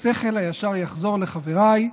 השכל הישר יחזור לחבריי,